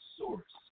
source